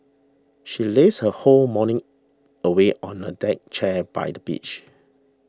she lazed her whole morning away on a deck chair by the beach